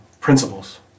principles